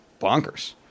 bonkers